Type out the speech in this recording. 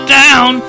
down